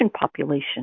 population